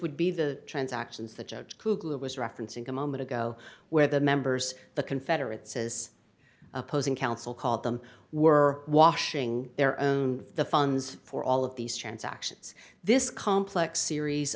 would be the transactions that judge kugler was referencing a moment ago where the members the confederates says opposing counsel called them were washing their own the funds for all of these transactions this complex series